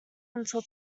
until